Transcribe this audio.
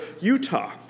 Utah